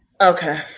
Okay